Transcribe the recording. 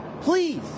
please